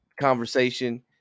conversation